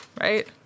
right